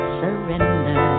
surrender